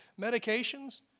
medications